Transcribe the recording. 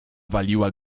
waliła